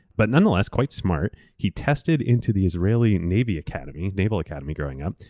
but nonetheless, quite smart. he tested into the israeli naval academy naval academy growing up,